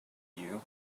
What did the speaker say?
you